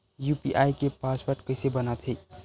UPI के password कइसे बनाथे?